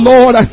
Lord